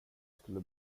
skulle